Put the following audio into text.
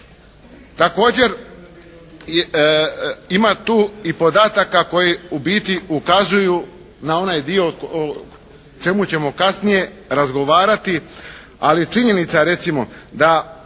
Također ima tu i podataka koji u biti ukazuju na onaj dio o čemu ćemo kasnije razgovarati, ali je činjenica recimo da